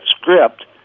script